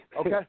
Okay